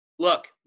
Look